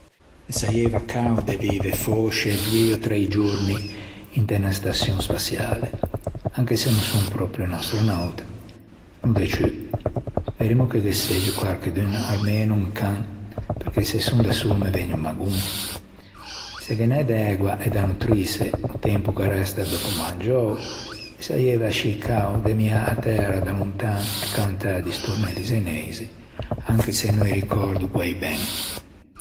Me saieiva cao fòsce vive doi ò trei giorni inte unna staçion spaçiale anche se no son pròpio un astrònauta, no de ciù. Speremmo che ghe segge quarchedun, armeno un can perché se son da solo me vëgne o magon. Se ghe n'é de ægua e da nutrïse, o tempo ch'arresta dòppo mangiou me saieiva ascì cao de ammiâ a Tæra da lontan e cantâ di stornelli zeneixi, anche se no i ricòrdo guæi ben